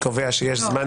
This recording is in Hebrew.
לא.